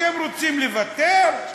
אתם רוצים לוותר?